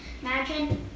imagine